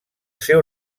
seu